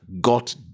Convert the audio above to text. got